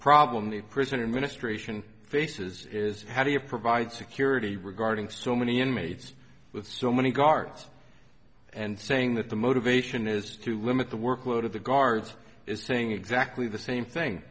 problem the prisoner ministration faces is how do you provide security regarding so many inmates with so many guards and saying that the motivation is to limit the workload of the guards is saying exactly the same thing